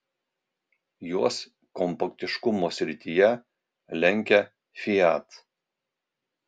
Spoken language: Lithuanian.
juos kompaktiškumo srityje lenkia fiat